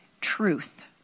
truth